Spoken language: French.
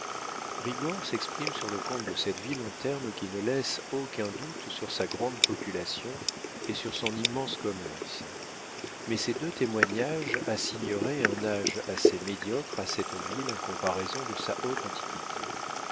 s'exprime sur le compte de cette ville en termes qui ne laissent aucun doute sur sa grande population et sur son immense commerce mais ces deux témoignages assigneraient un âge assez médiocre à cette ville en comparaison de sa haute antiquité